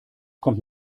kommt